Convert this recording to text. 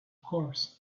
course